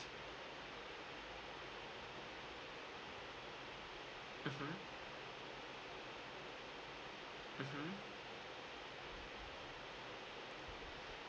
mmhmm mmhmm